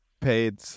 paid